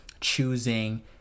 choosing